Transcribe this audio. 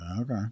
Okay